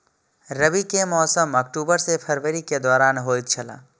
रबी के मौसम अक्टूबर से फरवरी के दौरान होतय छला